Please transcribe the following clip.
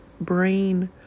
brain